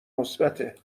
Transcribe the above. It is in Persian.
مثبته